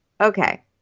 okay